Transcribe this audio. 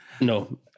No